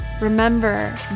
Remember